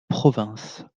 province